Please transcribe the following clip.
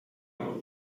sail